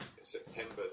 September